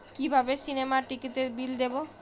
কিভাবে সিনেমার টিকিটের বিল দেবো?